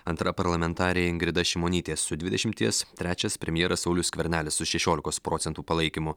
antra parlamentarė ingrida šimonytė su dvidešimties trečias premjeras saulius skvernelis su šešiolikos procentų palaikymu